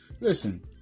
listen